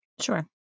Sure